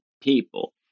people